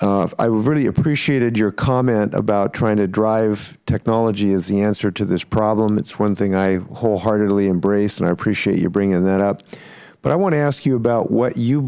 i really appreciated your comment about trying to drive technology is the answer to this problem it is one thing i wholeheartedly embraced and i appreciate you bringing that up i want to ask you about what you